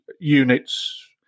units